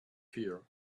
here